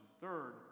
Third